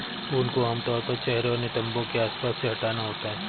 ऊन को आमतौर पर चेहरे और नितंबों के आसपास से हटाना होता है